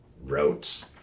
wrote